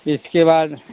इसके बाद